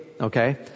Okay